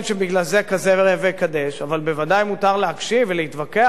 אבל בוודאי מותר להקשיב ולהתווכח ולהבין שכמה וכמה